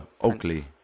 Oakley